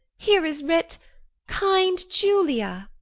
here is writ kind julia